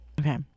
Okay